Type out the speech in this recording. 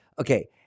okay